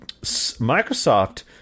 Microsoft